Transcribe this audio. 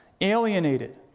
alienated